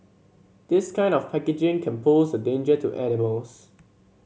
this kind of packaging can pose a danger to animals